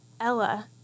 Ella